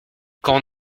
quand